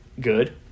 Good